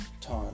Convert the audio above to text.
time